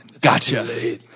Gotcha